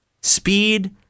speed